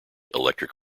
electric